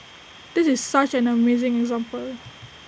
this is such an amazing example